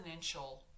exponential